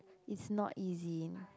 it's not easy